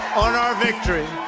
our victory